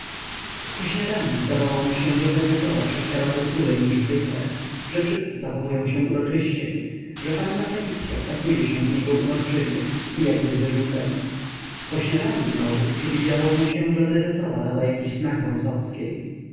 przy śniadaniu zdawało mu się że prezesowa przywitała go czulej niż zwykle że wszyscy zachowują się uroczyściej że panna felicya wpatruje się w niego uporczywie i jakby z wyrzutem po śniadaniu znowu przywidziało mu się że prezesowa dała jakiś znak